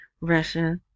Russia